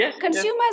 consumers